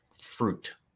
fruit